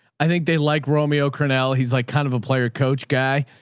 i think they like romeo coronel. he's like kind of a player coach guy.